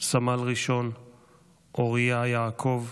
סמ"ר אוריה יעקב,